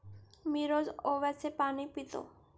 मी रोज ओव्याचे पाणी पितो